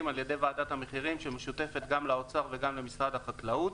על-ידי ועדת המחירים שמשותפת גם לאוצר וגם למשרד החקלאות.